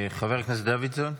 חבר הכנסת דוידסון.